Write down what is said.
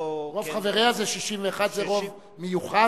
או, "רוב חבריה" זה 61, זה רוב מיוחס.